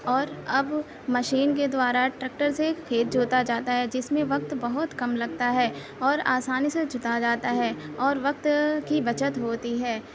اور اب مشین کے دوارا ٹریکٹر سے کھیت جوتا جاتا ہے جس میں وقت بہت کم لگتا ہے اور آسانی سے جتا جاتا ہے اور وقت کی بچت ہوتی ہے